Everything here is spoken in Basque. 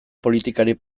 politikari